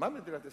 מדינת ישראל?